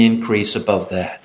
increase above that